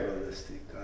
realistic